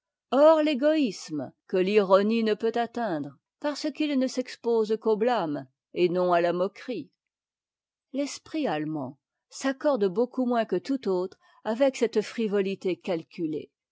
hors t'égoïsme que l'ironie ne peut atteindre parce qu'il ne s'expose qu'au blâme et non à la moquerie l'esprit allemand s'accorde beaucoup moins que tout autre avec cette frivolité calculée